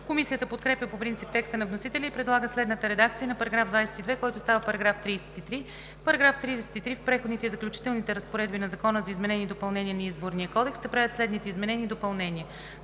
Комисията подкрепя по принцип текста на вносителя и предлага следната редакция на § 22, който става § 33: „§ 33. В преходните и заключителните разпоредби на Закона за изменение и допълнение на Изборния кодекс се правят следните изменения и допълнения: